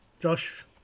Josh